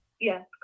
Yes